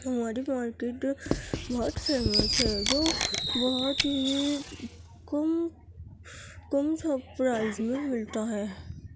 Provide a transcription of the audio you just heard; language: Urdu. ہماری مارکٹ بہت فیمس ہے جو بہت ہی کم کم سا پرائز میں ملتا ہے